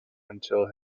until